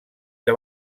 que